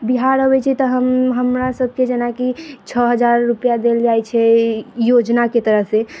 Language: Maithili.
बिहार अबै छी तऽ हम हमरा सबके जेनाकि छओ हजार रुपआ देल जाइ छै योजनाके तरफसँ